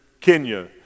Kenya